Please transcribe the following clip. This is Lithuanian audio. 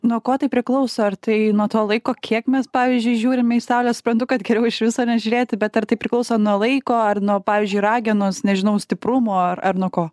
nuo ko tai priklauso ar tai nuo to laiko kiek mes pavyzdžiui žiūrime į saulę suprantu kad geriau iš viso nežiūrėti bet ar tai priklauso nuo laiko ar nuo pavyzdžiui ragenos nežinau stiprumo ar ar nuo ko